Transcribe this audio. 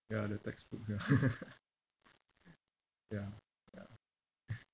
ya the textbooks ya ya ya